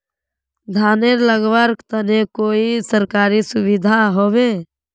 धानेर लगवार तने कोई सरकारी सुविधा होबे?